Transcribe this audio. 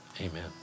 Amen